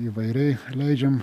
įvairiai leidžiam